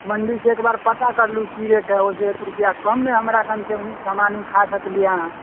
मण्डीसँ एक बेर पता कर लू की रेट है ओहिसँ एक रुपिआ कममे हमरा खनसँ सामान उठा सकली है अहाँ